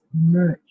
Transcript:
merge